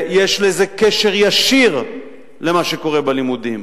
יש לזה קשר ישיר למה שקורה בלימודים,